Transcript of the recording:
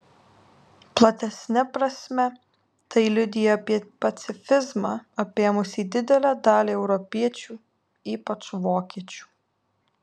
platesne prasme tai liudija apie pacifizmą apėmusį didelę dalį europiečių ypač vokiečių